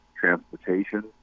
transportation